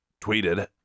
tweeted